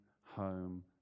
home